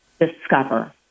Discover